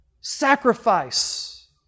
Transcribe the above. Sacrifice